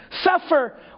suffer